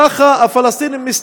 ככה הפלסטינים, לשיבה.